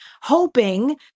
hoping